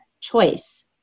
choice